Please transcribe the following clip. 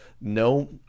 no